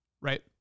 right